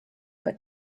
but